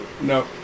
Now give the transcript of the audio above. No